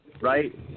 right